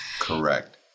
Correct